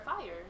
fire